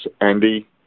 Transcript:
Andy